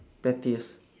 pettiest